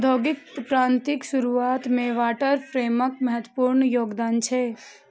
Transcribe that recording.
औद्योगिक क्रांतिक शुरुआत मे वाटर फ्रेमक महत्वपूर्ण योगदान छै